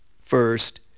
First